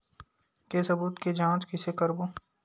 के सबूत के जांच कइसे करबो?